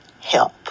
help